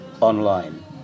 online